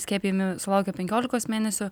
skiepijami sulaukę penkiolikos mėnesių